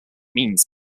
means